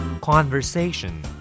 Conversation